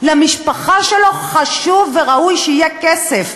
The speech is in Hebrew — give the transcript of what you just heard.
למשפחה שלו חשוב וראוי שיהיה כסף,